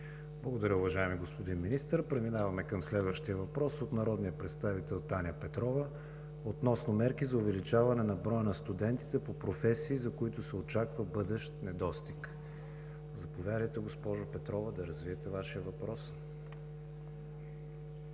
Благодаря, уважаеми господин Министър. Преминаваме към следващия въпрос от народния представител Таня Петрова относно мерки за увеличаване броя на студентите по професии, за които се очаква бъдещ недостиг. Заповядайте, госпожо Петрова, да развиете Вашия въпрос.